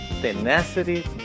tenacity